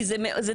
כי זה דיכוטומי,